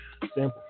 Simple